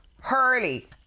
Hurley